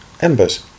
embers